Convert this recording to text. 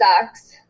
sucks